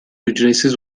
ücretsiz